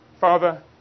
Father